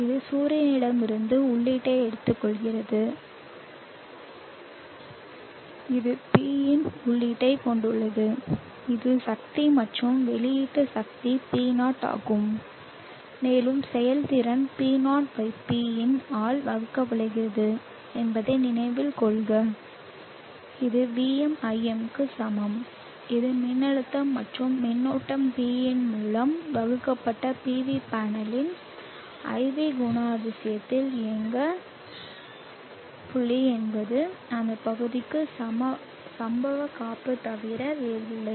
இது சூரியனிடமிருந்து உள்ளீட்டை எடுத்துக்கொள்கிறது இது Pin இன் உள்ளீட்டைக் கொண்டுள்ளது இது சக்தி மற்றும் வெளியீட்டு சக்தி P0 ஆகும் மேலும் செயல்திறன் P0 Pin ஆல் வழங்கப்படுகிறது என்பதை நினைவில் கொள்க இது VmIm க்கு சமம் இது மின்னழுத்தம் மற்றும் மின்னோட்டம் Pin மூலம் வகுக்கப்பட்ட PV பேனலின் IV குணாதிசயத்தில் இயக்க புள்ளி என்பது அந்த பகுதிக்கு சம்பவ காப்பு தவிர வேறில்லை